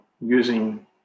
using